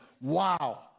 wow